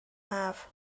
haf